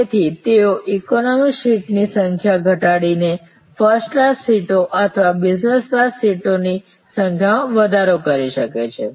તેથી તેઓ ઇકોનોમી સીટોની સંખ્યા ઘટાડીને ફર્સ્ટ ક્લાસ સીટો અથવા બિઝનેસ ક્લાસ સીટોની સંખ્યામાં વધારો કરી શકે છે